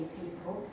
people